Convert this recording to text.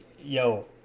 yo